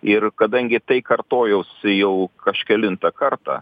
ir kadangi tai kartojosi jau kažkelintą kartą